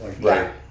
Right